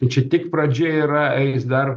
tai čia tik pradžia yra eis dar